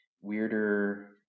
weirder